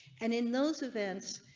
and in those events.